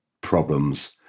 problems